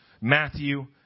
Matthew